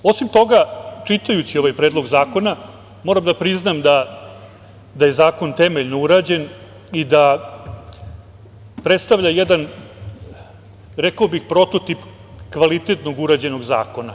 Osim toga, čitajući ovaj predlog zakona moram da priznam da je zakon temeljno urađen i da predstavlja jedan, rekao bih, prototip kvalitetno urađenog zakona.